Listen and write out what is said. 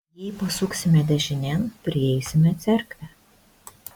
jei pasuksime dešinėn prieisime cerkvę